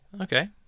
Okay